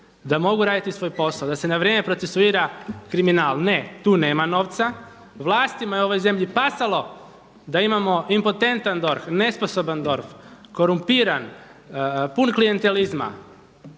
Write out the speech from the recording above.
da mogu raditi svoj posao, da se na vrijeme procesuira kriminal. Ne tu nema novca, vlastima je u ovoj zemlji pasalo da imamo impotentan DORH, nesposoban DORH, korumpiran, pun klijentelizma,